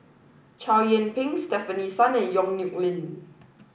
Chow Yian Ping Stefanie Sun and Yong Nyuk Lin